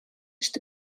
что